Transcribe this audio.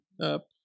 up